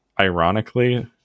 ironically